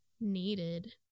needed